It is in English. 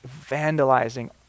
vandalizing